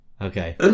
Okay